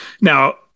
Now